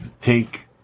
take